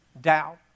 doubt